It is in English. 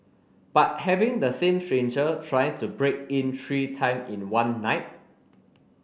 but having the same stranger trying to break in three time in one night